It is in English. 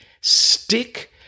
Stick